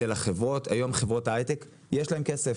היום חברות היי-טק יש להן כסף.